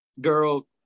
girl